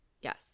yes